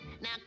now